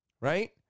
Right